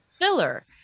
filler